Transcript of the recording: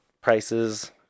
prices